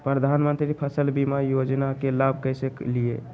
प्रधानमंत्री फसल बीमा योजना के लाभ कैसे लिये?